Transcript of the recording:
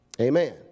Amen